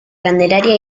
candelaria